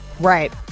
Right